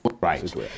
Right